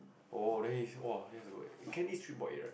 oh then he's !woah! that's good Candy is three point eight right